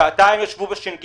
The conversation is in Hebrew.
שעתיים ישבו ב-ש"ג